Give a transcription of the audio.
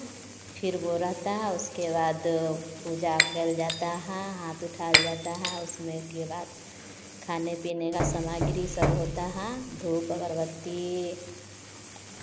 फिर वह रहता है उसके बाद पूजा कल जाता है हाथ उठाया जाता है उसमें के बाद खाने पीने का सामग्री सब होता है धूप अगरबत्ती